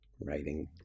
writing